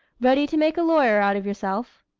ready to make a lawyer out of yourself?